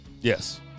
yes